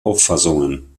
auffassungen